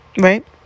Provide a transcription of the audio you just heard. Right